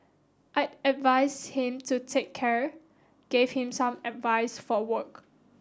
I advise him to take care gave him some advice for work